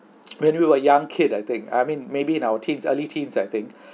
when we were young kid I think I mean maybe in our teens early teens I think